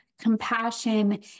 compassion